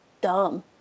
dumb